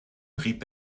rieb